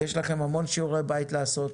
יש לכם המון שיעורי בית לעשות.